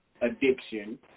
addiction